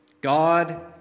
God